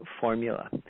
Formula